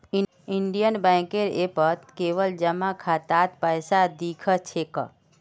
Indian बैंकेर ऐपत केवल जमा खातात पैसा दि ख छेक